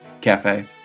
cafe